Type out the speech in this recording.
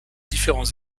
différents